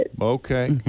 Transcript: Okay